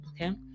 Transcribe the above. okay